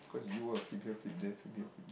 cause you ah flip here flip there flip here flip there